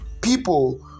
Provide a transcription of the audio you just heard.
people